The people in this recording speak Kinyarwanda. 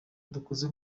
dukoze